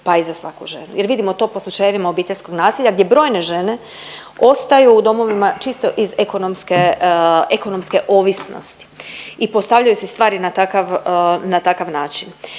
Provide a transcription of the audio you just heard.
pa i za svaku ženu, jer vidimo to po slučajevima obiteljskog nasilja gdje brojne žene ostaju u domovima čisto iz ekonomske ovisnosti i postavljaju si stvari na takav način.